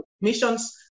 missions